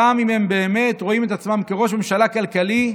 גם אם הם באמת רואים את עצמם כראש ממשלה כלכלי: